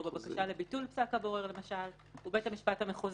או בבקשה לביטול פסק הבורר למשל הוא בית המשפט המחוזי.